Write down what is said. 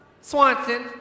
Swanson